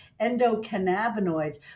endocannabinoids